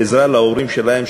עזרה להורים שלהם,